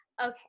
Okay